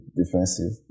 defensive